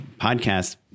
podcast